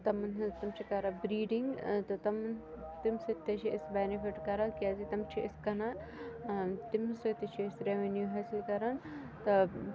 تَمَن ہِنٛز تِم چھِ کَران بریٖڈِنٛگ تہِ تِم تمہِ سۭتۍ تہِ چھِ أسۍ بیٚنِفِٹ کَران کیازِ تم چھِ أسۍ کِنان تِمو سۭتۍ تہِ چھِ أسۍ ریٚوِنیٚو حٲصل کَران تہٕ